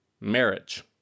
marriage